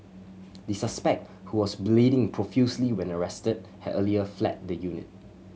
the suspect who was bleeding profusely when arrested had earlier fled the unit